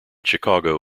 chicago